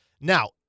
Now